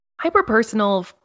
Hyper-personal